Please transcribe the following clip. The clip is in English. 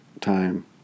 time